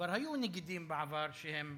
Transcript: וכבר היו בעבר נגידים שהיו